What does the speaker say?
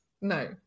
No